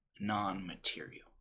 non-material